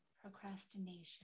procrastination